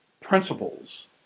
principles